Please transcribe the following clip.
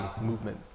movement